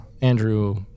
Andrew